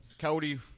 Cody